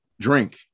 drink